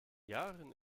yaren